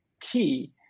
key